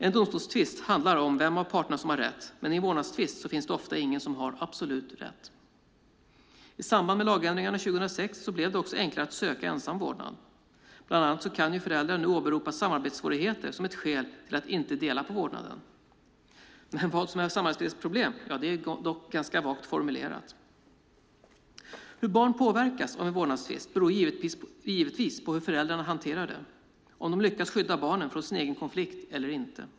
En domstolstvist handlar om vem av parterna som har rätt, men i en vårdnadstvist finns det ofta ingen som har absolut rätt. I samband med lagändringarna 2006 blev det också enklare att söka ensam vårdnad. Bland annat kan föräldrar nu åberopa samarbetssvårigheter som ett skäl till att inte dela på vårdnaden. Vad som är samarbetsproblem är dock ganska vagt formulerat. Hur barn påverkas av en vårdnadstvist beror givetvis på hur föräldrarna hanterar det och om de lyckas skydda barnen från sin egen konflikt eller inte.